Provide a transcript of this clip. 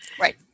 Right